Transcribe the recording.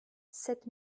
sept